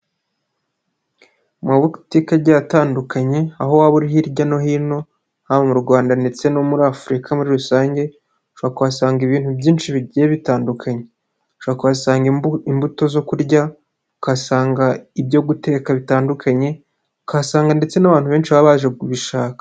Mu mabutike agiye atandukanye aho waba uri hirya no hino haba mu Rwanda ndetse no muri Afurika muri rusange, ushobora kuhasanga ibintu byinshi bigiye bitandukanye. ushobora kuhasanga imbuto zo kurya, ukahasanga ibyo guteka bitandukanye, ukahasanga ndetse n'abantu benshi babaje kubishaka.